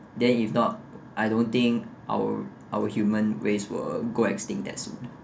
then if not I don't think our our human race will go extinct that soon